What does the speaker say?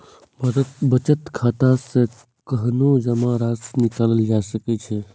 बचत खाता सं कखनहुं जमा राशि निकालल जा सकै छै